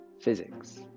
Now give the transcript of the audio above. physics